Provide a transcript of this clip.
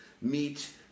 meet